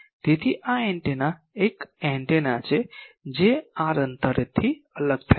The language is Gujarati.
તેથી આ એન્ટેના આ એક એન્ટેના છે જે અંતરે R થી અલગ થાય છે